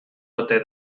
ote